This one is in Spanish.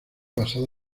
basada